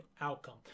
outcome